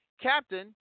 Captain